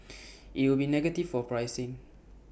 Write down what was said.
IT would be negative for pricing